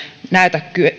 näy